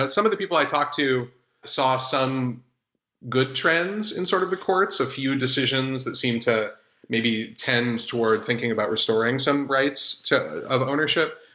but some of the people i talked to saw some good trends in sort of the courts, a few decisions that seem to maybe tends toward thinking about restoring some rights of ownership.